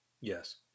Yes